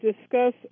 discuss